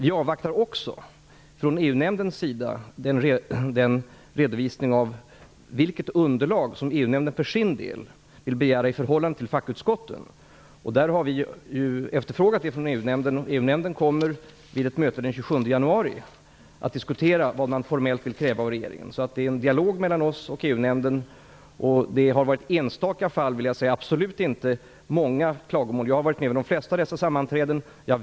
Vi avvaktar också från EU-nämndens sida en redovisning av vilket underlag som EU-nämnden för sin del vill begära i förhållande till fackutskotten. Vi har efterfrågat detta från EU-nämnden. EU-nämnden kommer vid ett möte den 27 januari att diskutera vad man formellt vill kräva av regeringen. Det är en dialog mellan oss och EU-nämnden. Det har varit enstaka fall - absolut inte många - av klagomål. Jag har varit med vid de flesta av dessa sammanträden.